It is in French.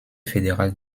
fédérale